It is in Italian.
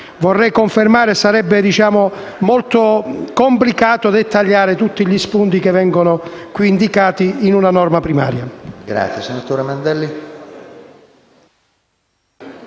confermo che sarebbe molto complicato dettagliare tutti gli spunti che vengono qui indicati in una norma primaria.